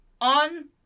on